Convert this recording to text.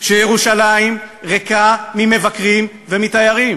שירושלים ריקה ממבקרים ומתיירים,